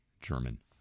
German